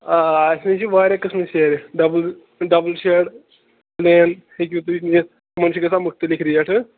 آ اَسہِ نِش چھِ واریاہ قٕسمٕچ سیرِ ڈَبُل ڈَبُل شیڈ پُلین ہیٚکِو تُہۍ نِتھ تِمَن چھِ گژھان مُختلف ریٹ